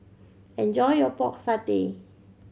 enjoy your Pork Satay